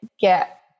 get